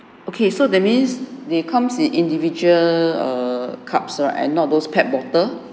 okay so that means they comes in individual err cups right and not those pack bottle